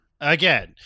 Again